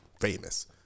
famous